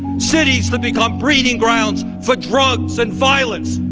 cities that become breeding grounds for drugs and violence.